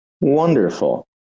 Wonderful